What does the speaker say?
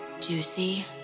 juicy